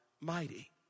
mighty